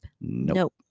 Nope